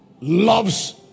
Loves